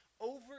over